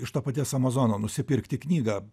iš to paties amazono nusipirkti knygą